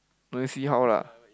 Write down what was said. no need see how lah